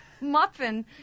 muffin